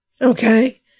okay